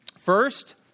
First